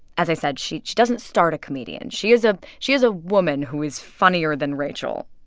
as i said, she she doesn't start a comedian. she is ah she is a woman, who is funnier than rachel